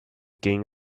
king